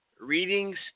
readings